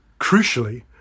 crucially